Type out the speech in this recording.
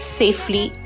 safely